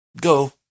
go